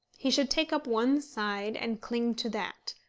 he should take up one side and cling to that,